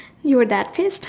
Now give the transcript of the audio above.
you're adaptive